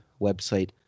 website